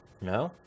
no